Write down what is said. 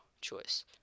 choice